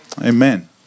Amen